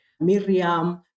Miriam